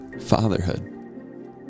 Fatherhood